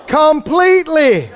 completely